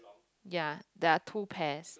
ya there're two pears